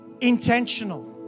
intentional